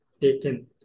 taken